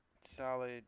solid